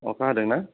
अखा हादोंना